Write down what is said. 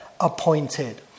appointed